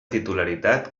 titularitat